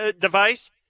device